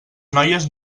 noies